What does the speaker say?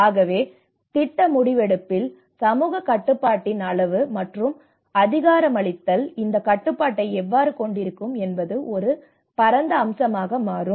ஆகவே திட்ட முடிவெடுப்பதில் சமூக கட்டுப்பாட்டின் அளவு மற்றும் அதிகாரமளித்தல் இந்த கட்டுப்பாட்டை எவ்வாறு கொண்டிருக்கும் என்பது ஒரு பரந்த அம்சமாக மாறும்